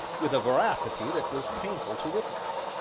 with a voracity that was painful to witness.